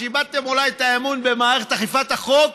איבדתם אולי את האמון במערכת אכיפת החוק